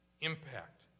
impact